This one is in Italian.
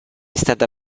stata